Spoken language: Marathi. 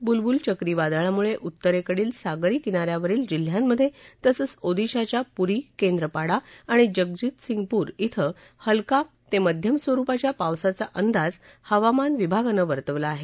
बुलबुल मुळे उत्तरेकडील सागरी किना यावरील जिल्ह्यांमधे तसंच ओदिशाच्या पुरी केंद्रपाडा आणि जगतसिंगपूर इं हलका ते मध्यम स्वरुपाच्या पावसाचा अंदाज हवामान विभागानं वर्तवला आहे